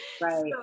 right